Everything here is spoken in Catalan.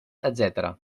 etcètera